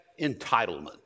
entitlement